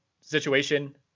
situation